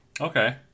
Okay